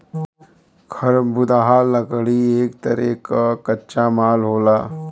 खरबुदाह लकड़ी एक तरे क कच्चा माल होला